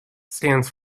stands